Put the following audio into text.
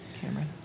Cameron